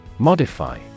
Modify